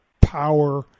power